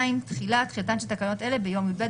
תחילה 2.תחילתן של תקנות אלה ביום י"ב